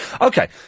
Okay